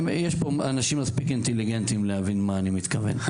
אני חושב שהם מספיק אינטליגנטים להבין למה אני מתכוון.